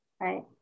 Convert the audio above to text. Right